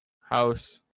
House